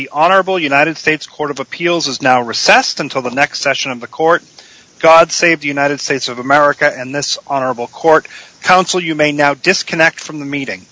the honorable united states court of appeals is now recessed until the next session of the court god save the united states of america and this author of all court counsel you may now disconnect from the meeting